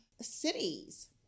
cities